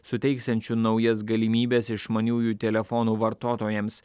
suteiksiančiu naujas galimybes išmaniųjų telefonų vartotojams